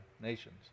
nations